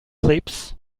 clips